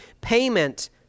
payment